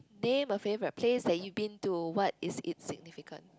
name a favorite place that you've been to what is it's significance